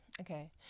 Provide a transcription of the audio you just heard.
okay